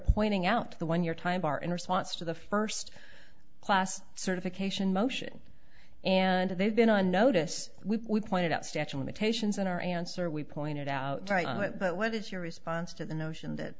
pointing out the one year time bar in response to the first class certification motion and they've been on notice we pointed out statue limitations in our answer we pointed out but what is your response to the notion that